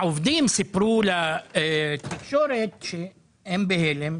העובדים סיפרו לתקשורת שהם בהלם,